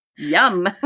Yum